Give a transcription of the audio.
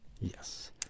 Yes